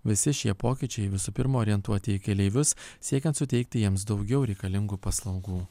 visi šie pokyčiai visų pirma orientuoti į keleivius siekiant suteikti jiems daugiau reikalingų paslaugų